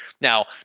Now